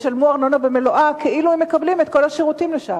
ישלמו ארנונה במלואה כאילו הם מקבלים את כל השירותים שם.